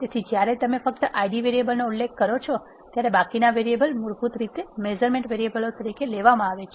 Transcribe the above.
તેથી જ્યારે તમે ફક્ત Id વેરીએબલનો ઉલ્લેખ કરો છો ત્યારે બાકીના વેરીએબલ મૂળભૂત રીતે મેઝરમેન્ટ વેરીએબલો તરીકે લેવામાં આવે છે